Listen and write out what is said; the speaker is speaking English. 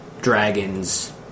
dragons